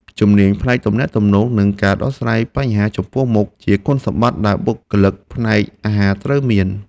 ជំនាញផ្នែកទំនាក់ទំនងនិងការដោះស្រាយបញ្ហាចំពោះមុខ ជាគុណសម្បត្តិដែលបុគ្គលិកផ្នែកអាហារត្រូវមាន។